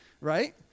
right